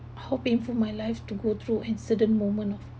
how painful my life to go through at certain moment of